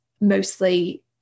mostly